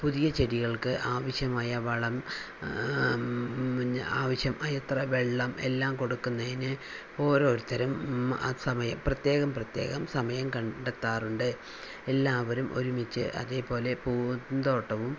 പുതിയ ചെടികൾക്ക് ആവശ്യമായ വളം ആവശ്യമായ എത്ര വെള്ളം എല്ലാം കൊടുക്കുന്നതിന് ഓരോരുത്തരും ആ സമയം പ്രത്യേകം പ്രത്യേകം സമയം കണ്ടെത്താറുണ്ട് എല്ലാവരും ഒരുമിച്ച് അതേപോലെ പൂന്തോട്ടവും